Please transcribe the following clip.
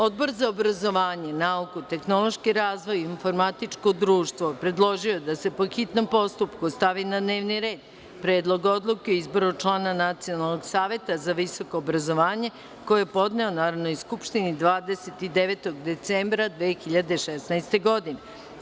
Odbor za obrazovanje, nauku, tehnološki razvoj i informatičko društvo je predložio da se, po hitnom postupku, stavi na dnevni red Predlog odluke o izboru člana Nacionalnog saveta za visoko obrazovanje, koji je podneo Narodnoj skupštini 29. decembra 2016. godine.